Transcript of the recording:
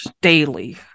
daily